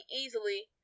easily